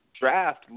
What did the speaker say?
draft